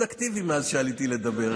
אתה נהיית מאוד אקטיבי מאז שעליתי לדבר,